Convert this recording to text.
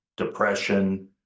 depression